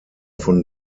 von